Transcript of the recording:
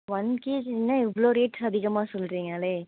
one KG என்ன இவ்வளோ rate அதிகமாக சொல்கிறீங்களே